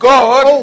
God